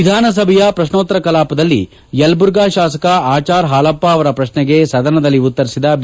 ವಿಧಾನಸಭೆಯ ಪ್ರಶ್ನೋತ್ತರ ಕಲಾಪದಲ್ಲಿ ಯಲಬುರ್ಗ ಶಾಸಕ ಆಚಾರ್ ಪಾಲಪ್ಪ ಅವರ ಪ್ರಶ್ನೆಗೆ ಸದನದಲ್ಲಿ ಉತ್ತರಿಸಿದ ಬಿ